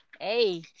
Hey